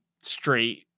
straight